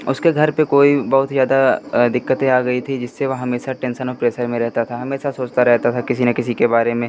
उसको घर पर कोई बहुत ज़्यादा दिक़्क़तें आ गई थी जिससे वह हमेशा टेंसन और प्रेसर में रहता था हमेशा सोचता रहता था किसी ना किसी के बारे में